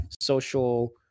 social